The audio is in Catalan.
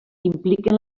impliquen